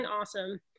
awesome